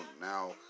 now